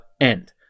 end